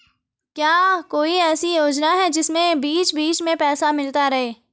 क्या कोई ऐसी योजना है जिसमें बीच बीच में पैसा मिलता रहे?